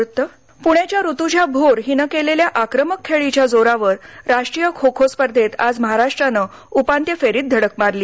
प्ण्याच्या ऋतुजा भोर हिनं केलेल्या आक्रमक खेळीच्या जोरावर राष्ट्रीय खो खो स्पर्धेत आज महाराष्ट्रानं उपांत्य फेरीत धडक मारली